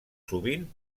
sovint